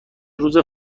روز